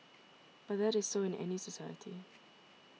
but that is so in any society